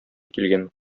килгән